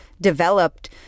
developed